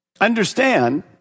understand